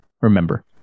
Remember